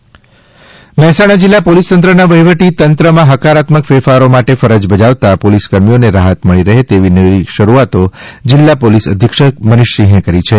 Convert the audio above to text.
police પરિવાર સંવાદ મહેસાણા જિલ્લા પોલીસતંત્રના વહીવટીતંત્રમાં હકારાત્મક ફેરફારો માટે ફરજ બજાવતા પોલીસકર્મીઓને રાહત મળી રહે તેવી નવી શરૂઆતો જિલ્લા પોલીસ અધીક્ષક મનીષસિંહે કરી છે